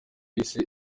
yise